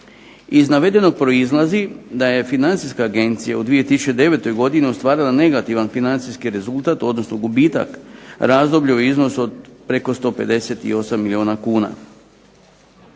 Iz navedenog proizlazi da je Financijska agencija u 2009. godini ostvarila negativni financijski rezultat odnosno gubitak razdoblje u iznosu od preko 158 milijuna kuna.